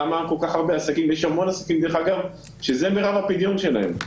יש המון עסקים שזה מרב הפדיון שלהם,